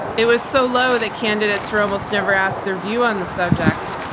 it was so low that candidates were almost never asked their view on the subject,